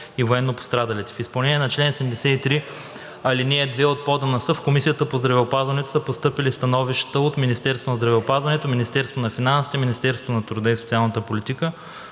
и военнопострадалите. В изпълнение на чл. 73, ал. 2 от ПОДНС в Комисията по здравеопазването са постъпили становища от Министерството на здравеопазването, Министерството на финансите, Министерството на труда и социалната политика,